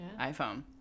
iphone